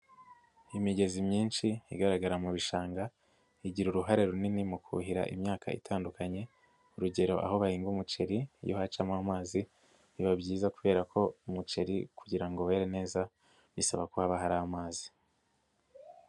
Imigezi myinshi igaragara mu bishanga, igira uruhare runini mu kuhira imyaka itandukanye, urugero aho bahinga umuceri iyo hacamo amazi, biba byiza kubera ko umuceri kugira ngo were neza, bisaba ko haba hari amazi.